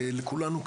לכולנו,